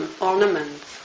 ornaments